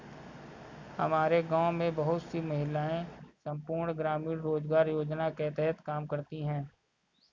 हमारे गांव में बहुत सी महिलाएं संपूर्ण ग्रामीण रोजगार योजना के तहत काम करती हैं